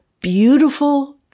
beautiful